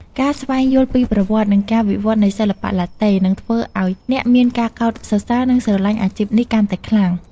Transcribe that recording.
ការស្វែងយល់ពីប្រវត្តិ និងការវិវត្តនៃសិល្បៈឡាតេ នឹងធ្វើឱ្យអ្នកមានការកោតសរសើរ និងស្រឡាញ់អាជីពនេះកាន់តែខ្លាំង។